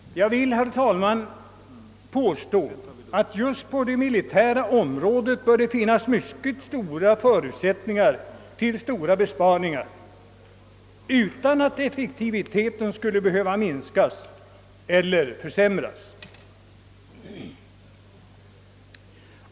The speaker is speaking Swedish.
Jag vill, herr talman, påstå att det just på det militära området bör finnas mycket stora förutsättningar att göra stora besparing ar utan att effektiviteten skulle behöva minskas.